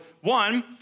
one